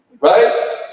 Right